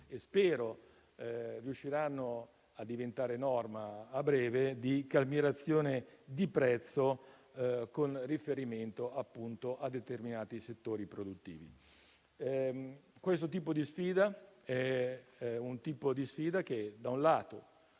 e spero riusciranno a diventare norma a breve, di calmierazione di prezzo con riferimento a determinati settori produttivi. È un tipo di sfida che ci